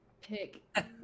pick